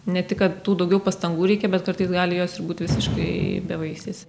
ne tik kad tų daugiau pastangų reikia bet kartais gali jos ir būti visiškai bevaisės